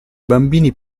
bambini